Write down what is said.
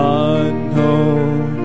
unknown